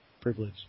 privilege